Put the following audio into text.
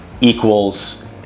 equals